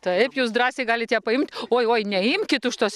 taip jūs drąsiai galit ją paimt oi oi neimkit už tos